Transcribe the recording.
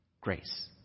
Grace